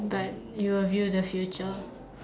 but you will view the future